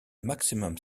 maximum